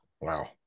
Wow